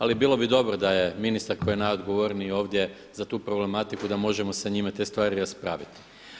Ali bilo bi dobro da je ministar koji je najodgovorniji ovdje za tu problematiku da možemo sa njime te spravi raspraviti.